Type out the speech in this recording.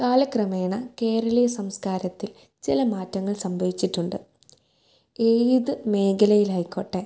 കാലക്രമേണ കേരളീയ സംസ്കാരത്തിൽ ചില മാറ്റങ്ങൾ സംഭവിച്ചിട്ടുണ്ട് ഏത് മേഖലയിലായിക്കോട്ടെ